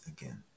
again